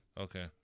Okay